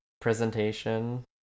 presentation